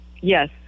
Yes